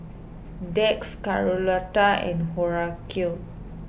Dax Carlotta and Horacio